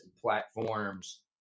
platforms